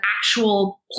actual